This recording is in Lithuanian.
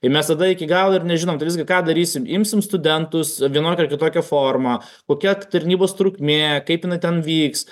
ir mes tada iki galo ir nežinom tai visgi ką darysim imsim studentus vienokia ar kitokia forma kokia tarnybos trukmė kaip jinai ten vyks